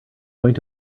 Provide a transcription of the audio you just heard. going